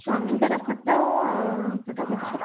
ସ୍ୱାମୀଙ୍କର photo photo photo ସବୁ